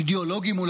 אולי האידאולוגיים,